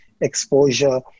exposure